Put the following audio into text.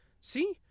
See